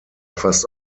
fast